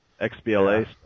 XBLA